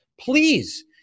Please